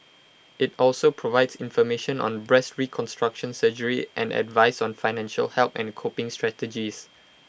IT also provides information on breast reconstruction surgery and advice on financial help and coping strategies